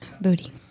Booty